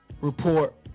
report